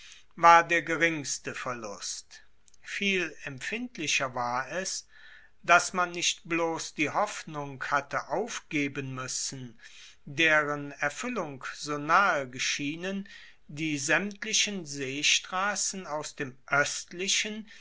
war der geringste verlust viel empfindlicher war es dass man nicht bloss die hoffnung hatte aufgeben muessen deren erfuellung so nahe geschienen die saemtlichen seestrassen aus dem oestlichen